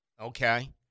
Okay